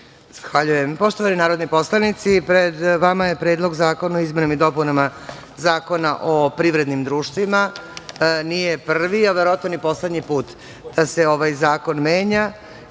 Zahvaljujem. Poštovani narodni poslanici, pred vama je Predlog zakona o izmenama i dopunama Zakona o privrednim društvima. Nije prvi, a verovatno ni poslednji put da se ovaj zakon menja.Za